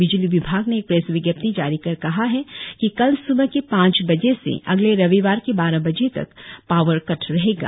बिजली विभाग ने एक प्रेस विज्ञपती जारी कर कहा है कि कल स्बह के पांच बजे से अगले रविवार के बारह बजे तक पावर कट रहेगा